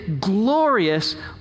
glorious